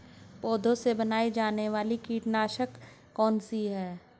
पौधों से बनाई जाने वाली कीटनाशक कौन सी है?